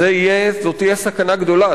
זו תהיה סכנה גדולה.